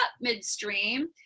midstream